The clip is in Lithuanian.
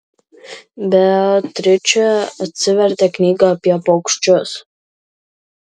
beatričė atsivertė knygą apie paukščius